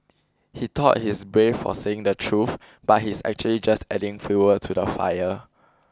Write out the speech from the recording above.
he thought he's brave for saying the truth but he's actually just adding fuel to the fire